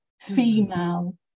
female